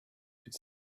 could